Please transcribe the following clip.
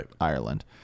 Ireland